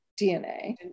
DNA